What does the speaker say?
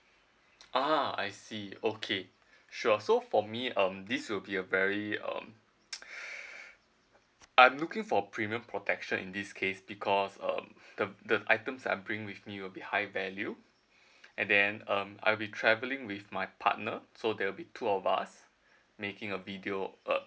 ah I see okay sure so for me um this will be a very um I'm looking for premium protection in this case because uh the the items that I bring with me will be high value and then um I'll be travelling with my partner so there will be two of us making a video um